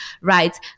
right